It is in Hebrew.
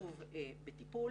עיכוב בטיפול,